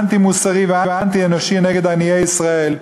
אנטי-מוסרי ואנטי-אנושי נגד עניי ישראל,